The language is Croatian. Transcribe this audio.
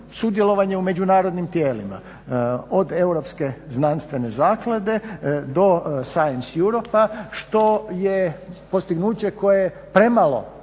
sudjelovanje u međunarodnim tijelima od Europske znanstvene zaklade do Science Europa što je postignuće koje premalo,